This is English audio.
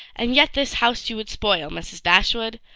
and yet this house you would spoil, mrs. dashwood?